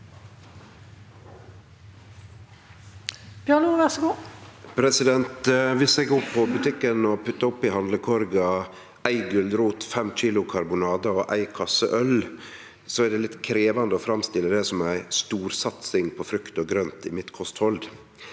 Viss eg går på bu- tikken og puttar opp i handlekorga ei gulrot, fem kilo karbonadar og ei kasse øl, er det litt krevjande å framstille det som ei storsatsing på frukt og grønt i mitt kosthald.